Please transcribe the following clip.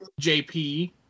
JP